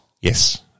Yes